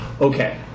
Okay